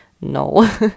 no